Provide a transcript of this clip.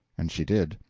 and she did.